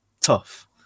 tough